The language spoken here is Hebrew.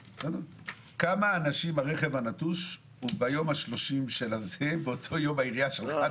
אצל כמה אנשים בדיוק ביום השלושים העירייה שלחה התראה